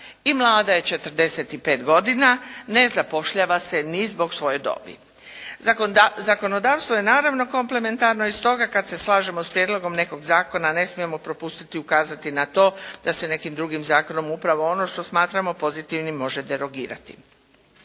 i mlada je 45 godina, ne zapošljava se ni zbog svoje dobi. Zakonodavstvo je naravno komplementarno iz toga kad se slažemo s prijedlogom nekog zakona, ne smijemo propustiti ukazati na to da se nekim drugim zakonom upravo ono što smatramo pozitivnim može derogirati.